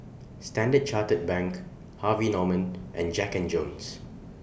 Standard Chartered Bank Harvey Norman and Jack and Jones